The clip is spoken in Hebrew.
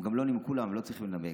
הם גם לא נימקו למה, הם לא צריכים לנמק.